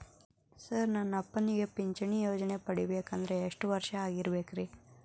Sir ನನ್ನ ಅಪ್ಪನಿಗೆ ಪಿಂಚಿಣಿ ಯೋಜನೆ ಪಡೆಯಬೇಕಂದ್ರೆ ಎಷ್ಟು ವರ್ಷಾಗಿರಬೇಕ್ರಿ?